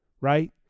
right